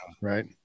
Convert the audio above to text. right